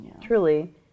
Truly